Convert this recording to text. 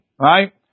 right